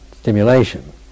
stimulation